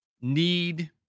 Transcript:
need